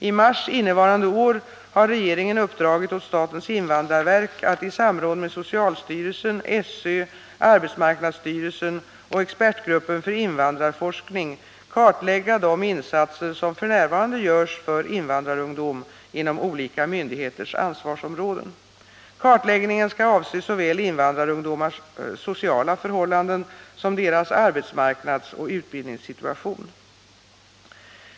I mars innevarande år har regeringen uppdragit åt statens invandrarverk att i samråd med socialstyrelsen, SÖ, arbetsmarknadsstyrelsen och expertgruppen för invandrarforskning kartlägga de insatser som f.n. görs för invandrarungdom inom olika myndigheters ansvarsområden. Kartläggningen skall avse så äl invandrarungdomars sociala förhållanden som deras arbetsmarknadsoch utbildningssituation.